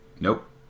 Nope